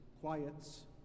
quiets